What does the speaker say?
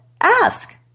Ask